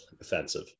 offensive